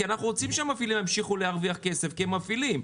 אנחנו רוצים שהמפעילים ימשיכו להרוויח כסף כי הם מפעילים,